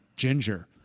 Ginger